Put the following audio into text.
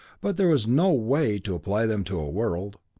but there was no way to apply them to a world.